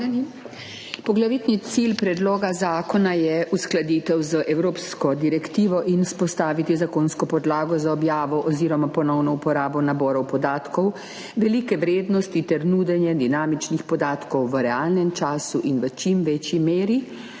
Poglavitni cilj predloga zakona je uskladitev z evropsko direktivo in vzpostaviti zakonsko podlago za objavo oziroma ponovno uporabo naborov podatkov velike vrednosti ter nudenje dinamičnih podatkov v realnem času in v čim večji meri